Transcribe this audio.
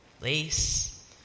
lace